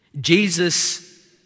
Jesus